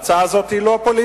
ההצעה הזאת היא לא פוליטית.